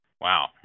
Wow